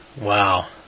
Wow